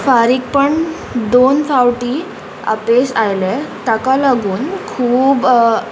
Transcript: फारीकपण दोन फावटी अपेस आयले ताका लागून खूब